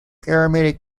aramaic